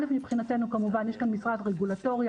מבחינתנו יש כאן משרד רגולטורי,